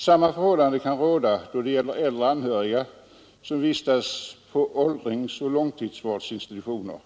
Samma förhållande kan råda då det gäller äldre anhöriga som vistas på åldringseller långtidsvårdsinstitutioner.